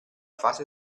fase